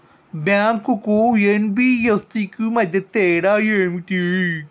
Bank కు NBFC కు మధ్య తేడా ఏమిటి?